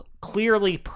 clearly